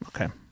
Okay